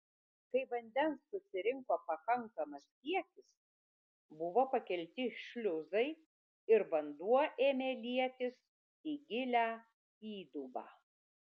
kai vandens susirinko pakankamas kiekis buvo pakelti šliuzai ir vanduo ėmė lietis į gilią įdubą